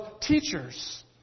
teachers